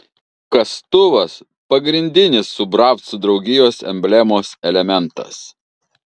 kastuvas pagrindinis šubravcų draugijos emblemos elementas